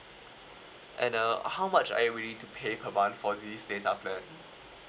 and uh how much are you willing to pay per month for this data plan